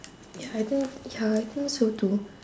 ya I think ya I think so too